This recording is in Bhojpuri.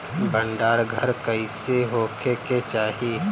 भंडार घर कईसे होखे के चाही?